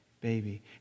baby